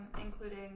including